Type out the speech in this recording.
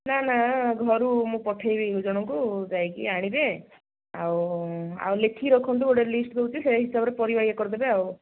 ନା ନା ଘରୁ ମୁଁ ପଠେଇବି ଜଣଙ୍କୁ ଯାଇକି ଆଣିବେ ଆଉ ଆଉ ଲେଖିକି ରଖନ୍ତୁ ଗୋଟେ ଲିଷ୍ଟ୍ ଦେଉଛି ସେଇ ହିସାବରେ ପରିବା ଇଏ କରିଦେବେ ଆଉ